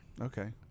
Okay